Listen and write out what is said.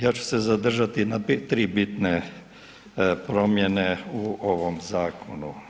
Ja ću se zadržati na 3 bitne promjene u ovom zakonu.